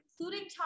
including